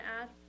add